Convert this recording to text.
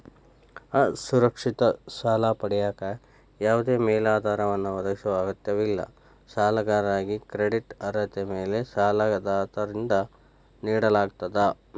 ಅಸುರಕ್ಷಿತ ಸಾಲ ಪಡೆಯಕ ಯಾವದೇ ಮೇಲಾಧಾರವನ್ನ ಒದಗಿಸೊ ಅಗತ್ಯವಿಲ್ಲ ಸಾಲಗಾರಾಗಿ ಕ್ರೆಡಿಟ್ ಅರ್ಹತೆ ಮ್ಯಾಲೆ ಸಾಲದಾತರಿಂದ ನೇಡಲಾಗ್ತ